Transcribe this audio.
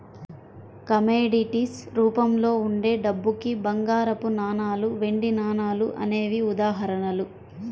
commodities రూపంలో ఉండే డబ్బుకి బంగారపు నాణాలు, వెండి నాణాలు అనేవే ఉదాహరణలు